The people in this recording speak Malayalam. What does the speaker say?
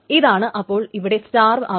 ഇതാണ് അപ്പോൾ ഇവിടെ സ്റ്റാർവ് ആകുന്നത്